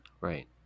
right